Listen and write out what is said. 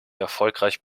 erfolgreich